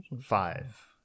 Five